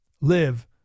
live